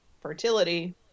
fertility